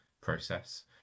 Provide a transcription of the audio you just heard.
process